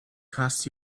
costs